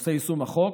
בנושא יישום החוק,